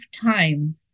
time